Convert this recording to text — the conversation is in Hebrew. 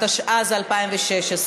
התשע"ז 2016,